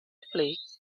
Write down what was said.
flakes